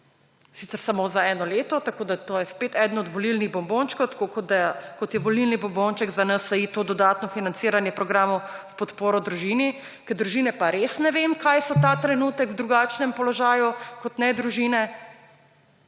sicer samo za eno leto, tako da to je spet eden od volilnih bombončkov, tako kot je volilni bombonček za NSi to dodatno financiranje programov v podporo družini, ker družine pa res ne vem, kaj so ta trenutek v drugačnem položaju, kot ne družine